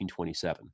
1927